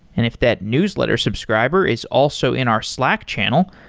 and if that newsletter subscriber is also in our slack channel,